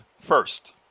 first